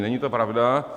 Není to pravda.